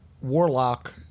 Warlock